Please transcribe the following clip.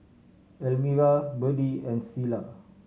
Elmyra Berdie and Selah